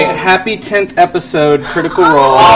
happy tenth episode critical role